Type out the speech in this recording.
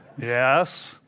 Yes